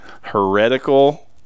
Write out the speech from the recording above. heretical